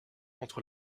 entre